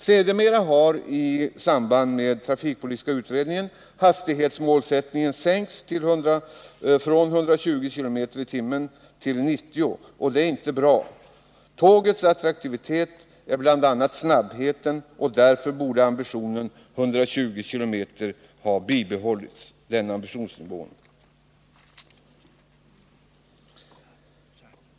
Sedermera har, i samband med trafikpolitiska utredningens arbete, målsättningen sänkts från 120 km tim, vilket inte är bra. Tågets attraktivitet beror bl.a. på snabbheten och därför borde ambitionsnivån 120 km/tim ha bibehållits.